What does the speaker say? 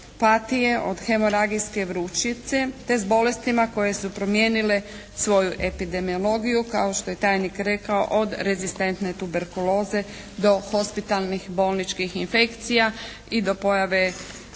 od henolagijske vrućice te s bolestima koje su promijenile svoju epidemiologiju, kao što je tajnik rekao od rezistentne tuberkuloze do hospitalnih bolničkih infekcija i do pojave